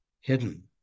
hidden